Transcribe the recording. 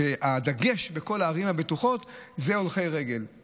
הדגש בכל הערים הבטוחות זה הולכי רגל,